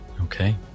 Okay